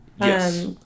yes